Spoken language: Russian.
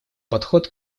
подход